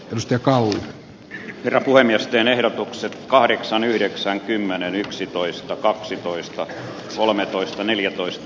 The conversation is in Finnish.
pystykaulus kiertue miesten ehdotukset kahdeksan yhdeksän kymmenen yksitoista kaksitoista kolmetoista neljätoista